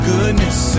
Goodness